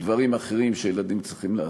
דברים אחרים שילדים צריכים לעשות,